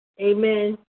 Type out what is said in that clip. amen